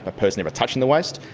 but person ever touching the waste.